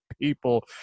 people